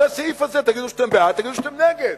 על הסעיף הזה תגידו שאתם בעד, תגידו שאתם נגד.